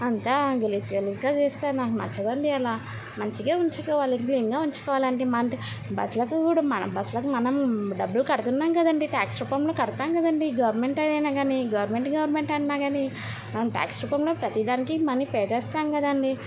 అంతా గలీజ్ గలీజ్గా చేస్తే నాకు నచ్చదండి అలా మంచిగా ఉంచుకోవాలి క్లీన్గా ఉంచుకోవాలంటే మంటే బస్లకు కూడా మన బస్లకు మనం డబ్బులు కడుతున్నాం కదండీ ట్యాక్స్ రూపంలో కడతాం కదండీ గవర్నమెంట్ అని అనంగానే గవర్నమెంట్ గవర్నమెంట్ అన్నాగానీ మనం ట్యాక్స్ రూపంలో ప్రతి దానికి మనీ పెట్టేస్తాం కదండీ